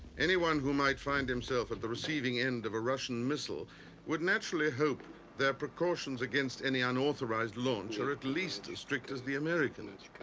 anyone who might find himself at the receiving end of a russian missile would naturally hope their precautions against any unauthorized launch are at least as strict as the americans.